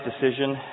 decision